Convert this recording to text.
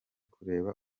kureba